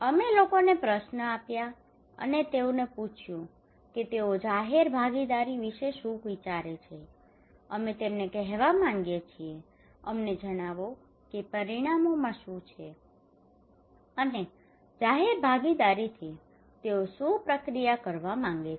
અમે લોકોને પ્રશ્નો આપ્યા અને તેઓને પૂછ્યું કે તેઓ જાહેર ભાગીદારી વિશે શું વિચારે છે અમે તેમને કહેવા માગીએ છીએ કે અમને જણાવો કે પરિણામોમાં શું છે અને જાહેર ભાગીદારીથી તેઓ શું પ્રક્રિયા કરવા માગે છે